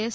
S